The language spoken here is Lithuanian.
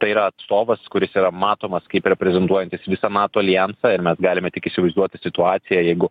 tai yra atstovas kuris yra matomas kaip reprezentuojantis visą nato aljansą ir mes galime tik įsivaizduoti situaciją jeigu